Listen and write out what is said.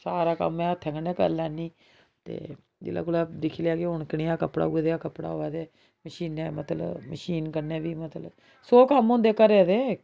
सारा कम्म में हत्थें कन्नै करी लैन्नी ते जिस बेल्लै कुतै दिक्खी लैन्नी कि हून कनेहा कपड़ा उ'ऐ नेहा कपड़ा होऐ ते मशीने मतलब मशीन कन्नै बी मतलब सौ कम्म होंदे घरे दे